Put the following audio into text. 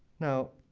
now,